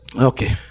okay